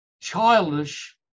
childish